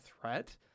threat